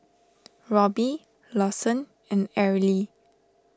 Robby Lawson and Arely